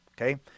Okay